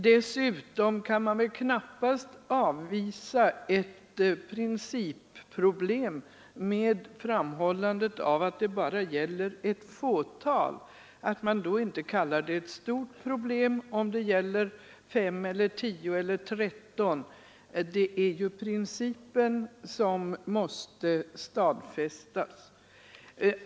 Dessutom kan man väl knappast avvisa ett principproblem med framhållande av att det bara gäller ett fåtal, att det inte är ett stort problem om det gäller 5, 10 eller 13. Det är principen som måste stadfästas.